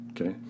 Okay